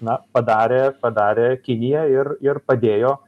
na padarė padarė kiniją ir ir padėjo